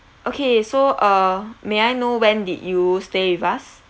okay so uh may I know when did you stay with us